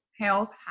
health